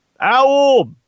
Owl